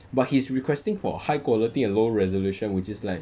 but he's requesting for high quality and low resolution which is like